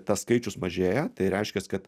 tas skaičius mažėja tai reiškias kad